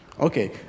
Okay